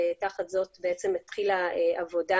תחת זאת התחילה עבודה